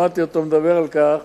שמעתי אותו מדבר על כך